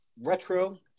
retro